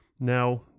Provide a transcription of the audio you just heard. now